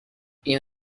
این